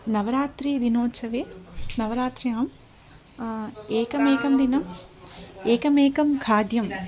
नवरात्रिदिनोत्सवे नवरात्र्याम् एकमेकं दिनम् एकमेकं खाद्यं